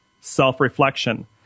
self-reflection